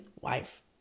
wife